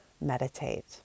meditate